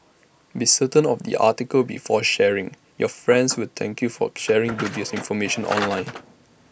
be certain of the article before sharing your friends will thank you for sharing the dubious information online